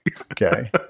Okay